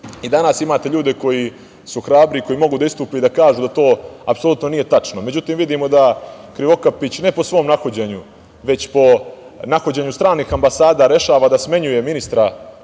i danas imate ljude koji su hrabri i koji mogu da istupe i da kažu da to apsolutno nije tačno.Međutim, vidimo da Krivokapić, ne po svom nahođenju, već po nahođenju stranih ambasada rešava da smenjuje ministra